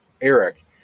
Eric